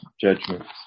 judgments